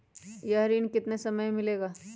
यह ऋण कितने समय मे मिलेगा?